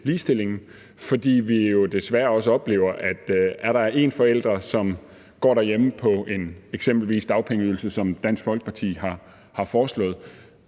ligestillingen, fordi vi jo desværre også oplever, at er der én forælder, som går derhjemme på eksempelvis en dagpengeydelse, som Dansk Folkeparti har foreslået,